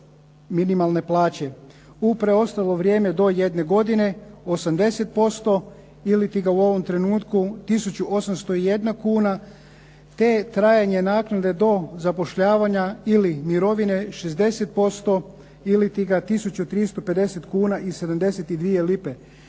minimalne plaće, u preostalo vrijeme do jedne godine 80% iliti ga u ovom trenutku tisuću 801 kuna, te trajanje naknade do zapošljavanja ili mirovine 60% iliti ga tisuću 350 kuna i 72 lipe.